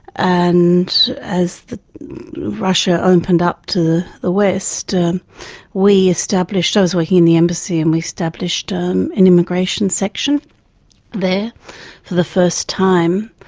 and as russia opened up to the west we established, i was working in the embassy and we established um an immigration section there for the first time.